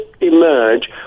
emerge